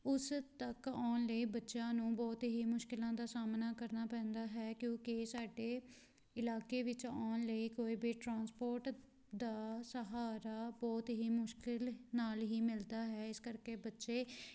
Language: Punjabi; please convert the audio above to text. ਉਸ ਤੱਕ ਆਉਣ ਲਈ ਬੱਚਿਆਂ ਨੂੰ ਬਹੁਤ ਹੀ ਮੁਸ਼ਕਲਾਂ ਦਾ ਸਾਹਮਣਾ ਕਰਨਾ ਪੈਂਦਾ ਹੈ ਕਿਉਂਕਿ ਸਾਡੇ ਇਲਾਕੇ ਵਿੱਚ ਆਉਣ ਲਈ ਕੋਈ ਵੀ ਟਰਾਂਸਪੋਰਟ ਦਾ ਸਹਾਰਾ ਬਹੁਤ ਹੀ ਮੁਸ਼ਕਲ ਨਾਲ ਹੀ ਮਿਲਦਾ ਹੈ ਇਸ ਕਰਕੇ ਬੱਚੇ